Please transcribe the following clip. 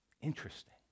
Interesting